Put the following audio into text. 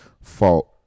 fault